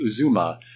Uzuma